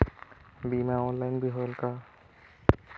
बीमा ऑनलाइन भी होयल का?